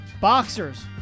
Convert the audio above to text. Boxers